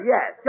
Yes